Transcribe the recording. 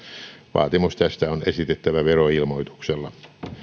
vaatimus tästä on esitettävä veroilmoituksella